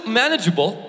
manageable